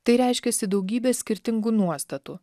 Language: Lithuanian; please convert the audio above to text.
tai reiškiasi daugybę skirtingų nuostatų